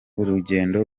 urugendo